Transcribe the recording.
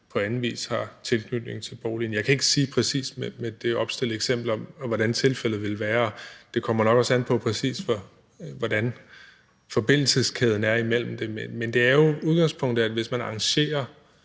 på anden vis har tilknytning til boligen. Jeg kan ikke sige præcis, hvordan tilfældet ville være med det opstillede eksempel. Det kommer nok også an på, præcis hvordan forbindelseskæden er imellem dem, men udgangspunktet er jo, at det er, hvis man arrangerer